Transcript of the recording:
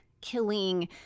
killing